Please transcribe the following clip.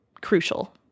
crucial